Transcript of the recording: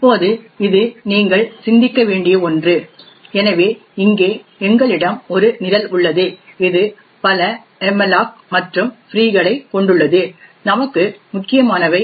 இப்போது இது நீங்கள் சிந்திக்க வேண்டிய ஒன்று எனவே இங்கே எங்களிடம் ஒரு நிரல் உள்ளது இது பல மல்லோக் மற்றும் ஃப்ரீகளை கொண்டுள்ளது நமக்கு முக்கியமானவை